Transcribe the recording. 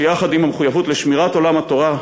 שיחד עם המחויבות לשמירת עולם התורה,